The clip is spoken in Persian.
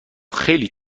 خیلی